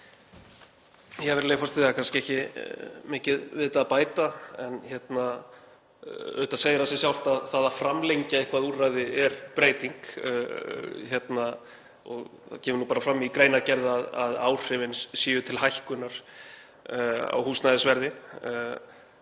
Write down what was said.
Virðulegi forseti. Það er kannski ekki miklu við þetta að bæta en auðvitað segir það sig sjálft að það að framlengja eitthvert úrræði er breyting. Það kemur nú bara fram í greinargerð að áhrifin séu til hækkunar á húsnæðisverði.